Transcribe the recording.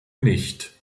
nicht